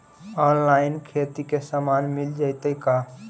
Online खेती के सामान मिल जैतै का?